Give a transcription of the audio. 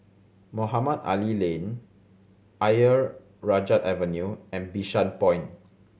Mohamed Ali Lane Ayer Rajah Avenue and Bishan Point